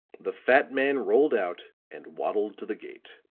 the fat man rolled out and waddled to the gate.